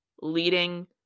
leading